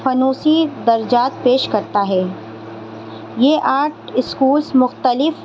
فنونی درجات پیش کرتا ہے یہ آرٹ اسکولز مختلف